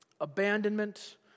abandonment